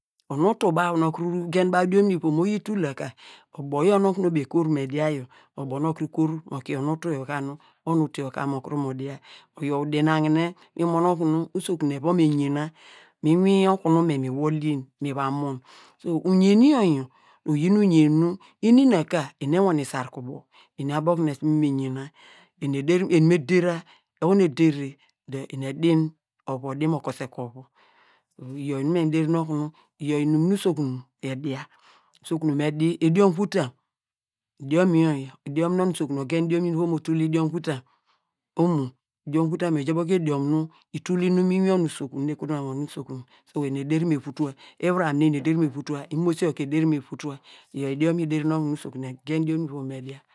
Onu- utu baw nu okuru gen baw diom nu ivom oyi tul na ka ubo yor nu baw kur me dia yor, ubo nu okuru kur mo kie onu utu yor ka nu, onu utu yor ka nu, onu utu yar ka okuru mo dia, oyor udiagagne nu mi mon okunu enu usokun eva me yena mi inwin okunu me mi wol yin, so uyen yor yor, oyin uyen nu ini na ka eni ewane sarku uboeni abo okunu eni esu me yina eni ederi, eni me dera dor oho nu edere dor eni edi, ovu odi me kose ovu iyor inum mi derin okunu, iyor inum nu usokun me dia, usokun me dia idiom vutam, idiom yor yor, idiom onu usokun ogen odiom ken ivom nu otul idiom vutam omo, idiom vutam yor ija boko idiom nu otul nu inum mu inwin onu usokun nu me kotu mam mu onu usokun eni ederi me vutua, imivuram neni ederi me vuta imosi yor ka okunu enu usokun egen diom ken ivom me dia.